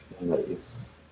Nice